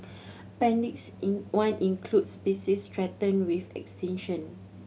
appendix in one includes species threatened with extinction